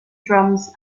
drums